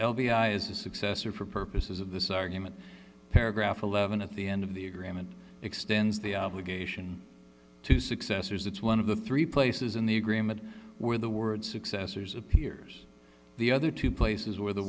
as a successor for purposes of this argument paragraph eleven at the end of the agreement extends the obligation to successors it's one of the three places in the agreement where the word successors appears the other two places where the